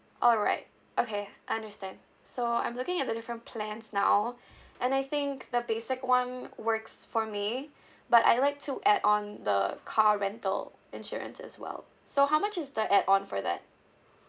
alright okay I understand so I'm looking at the different plans now and I think the basic one works for me but I would like to add on the car rental insurance as well so how much is the add-on for that